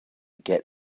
get